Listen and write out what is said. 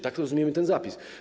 Tak rozumiemy ten zapis.